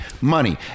money